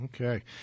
Okay